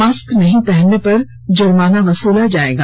mask नहीं पहनने पर जुर्माना वसूला जायेगा